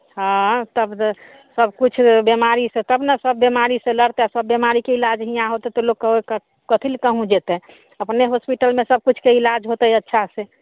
हँ अँ तब जे सब किछु बिमाड़ी से तब ने सब बिमाड़ी से लड़तै सब बिमाड़ीके इलाज हीआँ होतै तऽ लोक कथी लए कहूँ जेतै अपने होस्पिटलमे सबकिछुके इलाज होतै अच्छा से